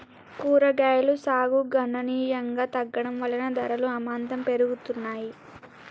కూరగాయలు సాగు గణనీయంగా తగ్గడం వలన ధరలు అమాంతం పెరిగిపోతున్నాయి